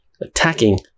attacking